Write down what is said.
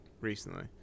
recently